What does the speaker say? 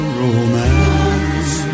romance